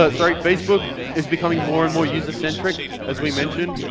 ah sorry facebook is becoming more and more user-centric as we mentioned,